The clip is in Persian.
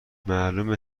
معلومه